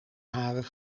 haren